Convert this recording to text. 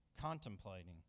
contemplating